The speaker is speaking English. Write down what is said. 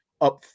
up